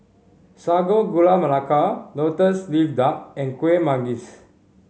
Sago Gula Melaka Lotus Leaf Duck and Kueh Manggis